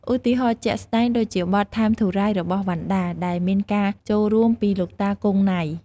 ឧទាហរណ៍ជាក់ស្តែងដូចជា បទ "ថាម ធូរ រ៉ៃ" របស់ វណ្ណដា ដែលមានការចូលរួមពីលោកតា គង់ ណៃ។